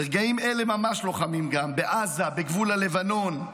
שברגעים אלה ממש לוחמים, גם בעזה, בגבול הלבנון,